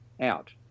out